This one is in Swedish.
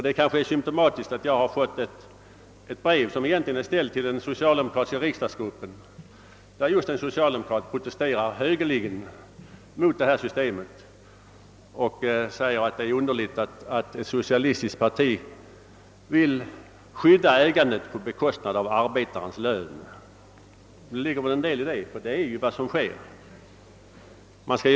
Det är kanske symtomatiskt att jag har fått ett brev som egentligen är ställt till den socialdemokratiska riksdagsgruppen och i vilket just en socialdemokrat protesterar högeligen mot detta system. Han säger bl.a. att det är underligt att ett socialistiskt parti vill skydda ägandet på bekostnad av arbetarens lön. Det ligger väl en del i detta; det är ju vad som kommer att ske.